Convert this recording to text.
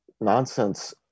Nonsense